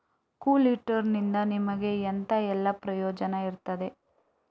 ಕೊಲ್ಯಟರ್ ನಿಂದ ನಮಗೆ ಎಂತ ಎಲ್ಲಾ ಪ್ರಯೋಜನ ಇರ್ತದೆ?